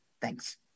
Thanks